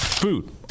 Food